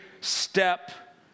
step